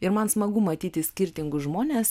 ir man smagu matyti skirtingus žmones